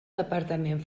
departament